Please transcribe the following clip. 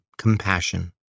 compassion